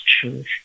truth